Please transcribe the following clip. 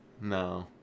No